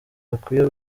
bakwiye